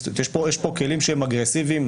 יש כאן כלים שהם אגרסיביים.